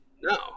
no